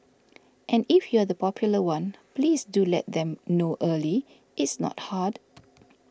and if you're the popular one please do let them know early it's not hard